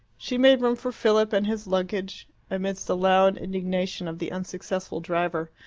she made room for philip and his luggage amidst the loud indignation of the unsuccessful driver,